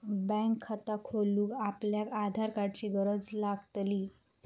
bank खाता खोलूक आपल्याक आधार कार्डाची गरज लागतली